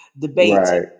debate